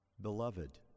beloved